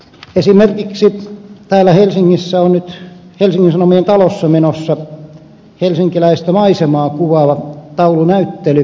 esimerkiksi täällä helsingissä on nyt helsingin sanomien talossa menossa helsinkiläistä maisemaa kuvaava taulunäyttely